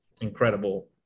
incredible